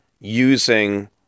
using